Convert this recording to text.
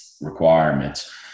requirements